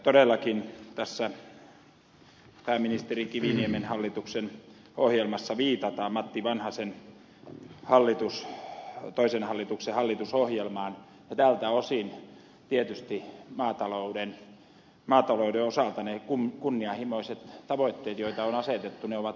todellakin tässä pääministeri kiviniemen hallituksen ohjelmassa viitataan matti vanhasen toisen hallituksen hallitusohjelmaan ja tältä osin tietysti maatalouden osalta ne kunnianhimoiset tavoitteet joita on asetettu ovat edelleen voimassa